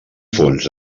fons